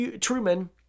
Truman